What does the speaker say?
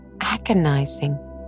agonizing